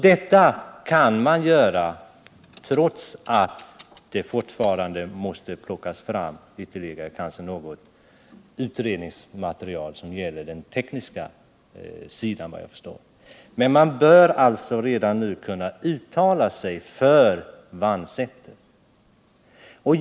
Det kan man göra trots att det fortfarande kanske måste plockas fram ytterligare något utredningsmaterial när det gäller den tekniska sidan. Man bör alltså redan nu kunna uttala sig för Vannsäter.